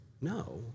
No